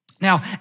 Now